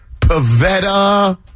Pavetta